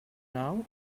now